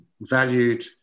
valued